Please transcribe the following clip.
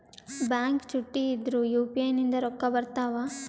Bank ಚುಟ್ಟಿ ಇದ್ರೂ UPI ನಿಂದ ರೊಕ್ಕ ಬರ್ತಾವಾ?